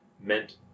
meant